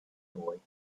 boy